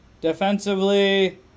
Defensively